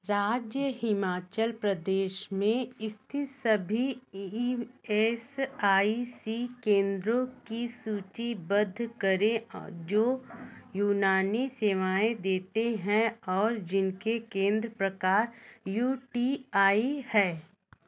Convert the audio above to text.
राज्य हिमाचल प्रदेश में स्थित सभी ई एस आई सी केंद्रों के सूचीबद्ध करें जो यूनानी सेवाएँ देते हैं और जिनके केंद्र प्रकार यू टी आई हैं